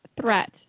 threat